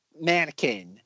mannequin